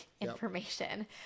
information